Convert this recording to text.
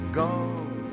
gone